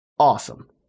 Awesome